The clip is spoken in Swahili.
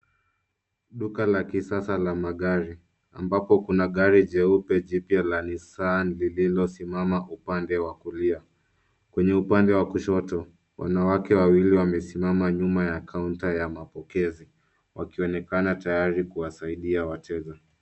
Duka la kisasa la magari, ambapo kuna gari jeupe jipya la Nisani lililosimama upande wa kulia. Kwenye upande wa kushoto, wanawake wawili wamesimama nyuma ya counter ya mapokezi, wakionekana tayari kuwasaidia wateja.